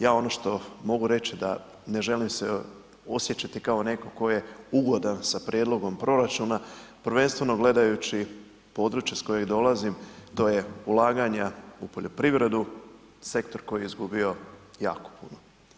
Ja ono što mogu reći da ne želim se osjećati kao netko tko je ugodan sa prijedlogom proračuna, prvenstveno gledajući područje s kojeg dolazim, to je ulaganja u poljoprivredu sektor koji je izgubio jako puno.